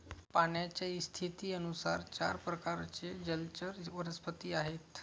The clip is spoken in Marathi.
पाण्याच्या स्थितीनुसार चार प्रकारचे जलचर वनस्पती आहेत